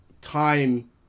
Time